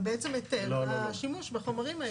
זה בעצם היתר לשימוש בחומרים האלה.